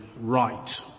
right